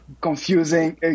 confusing